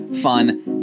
fun